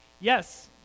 Yes